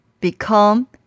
become